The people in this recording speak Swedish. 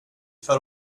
för